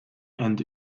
and